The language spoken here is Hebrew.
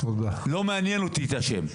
לא מעניין אותי השם,